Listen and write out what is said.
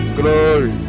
glory